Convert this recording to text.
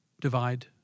divide